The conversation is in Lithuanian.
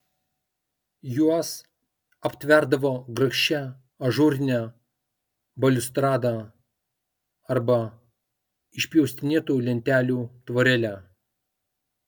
juos aptverdavo grakščia ažūrine baliustrada arba išpjaustinėtų lentelių tvorele